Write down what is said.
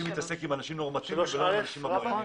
להתעסק עם אנשים נורמטיביים ולא עם עבריינים.